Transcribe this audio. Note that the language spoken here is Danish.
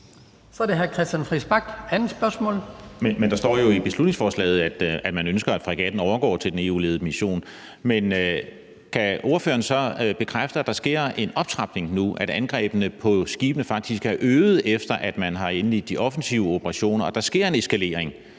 Kl. 10:21 Christian Friis Bach (RV): Men der står jo i beslutningsforslaget, at man ønsker, at fregatten overgår til den EU-ledede mission. Men kan ordføreren så bekræfte, at der sker en optrapning nu, altså at antallet af angreb på skibe faktisk er øget, efter at man har indledt de offensive operationer, at der sker en eskalering